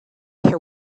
care